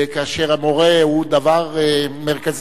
כאשר המורה הוא דבר מרכזי,